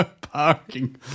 parking